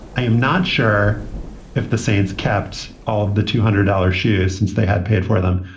i am not sure if the saints caps of the two hundred dollar shoes since they had paid for them.